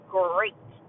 great